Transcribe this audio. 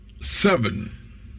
seven